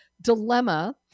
dilemma